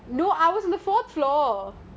no I was at fourth floor